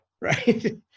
right